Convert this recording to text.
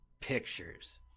pictures